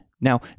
Now